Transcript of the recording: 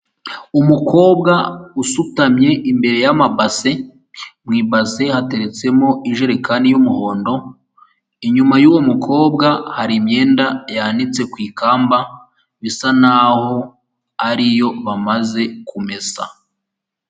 Umukobwa usutamye imbere y'amabase, mu ibaze hateretsemo ijerekani y'umuhondo, inyuma y'uwo mukobwa hari imyenda yanitse ku ikamba bisa nk'aho ari yo bamaze kumesa.